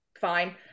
fine